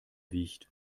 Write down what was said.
wiegt